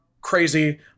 Crazy